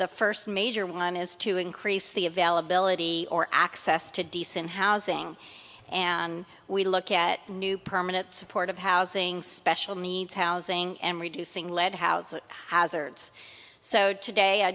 the first major one is to increase the availability or access to decent housing and we look at new permanent supportive housing special needs housing and reducing lead howzat hazards so today i